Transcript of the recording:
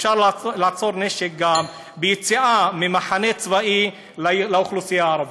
אפשר לעצור נשק גם ביציאה ממחנה צבאי לאוכלוסייה הערבית.